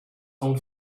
own